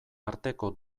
arteko